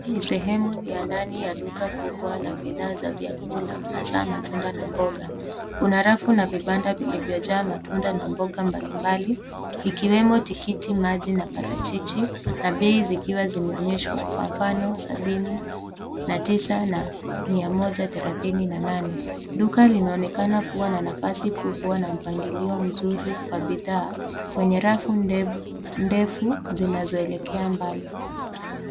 Hii ni sehemu ya ndani ya duka kubwa la bidhaa za vyakula hasa matunda na mboga. Kuna rafu na vibanda vilivyojaa matunda na mboga mbalimbali ikiwemo tikitimaji na parachichi na bei zikiwa zimeonyeshwa kwa mfano sabini na tisa na mia moja thelathini na nane. Duka linaonekana kuwa na nafasi kubwa na mpangilio mzuri wa bidhaa kwenye rafu ndefu zinazoelekea mbali.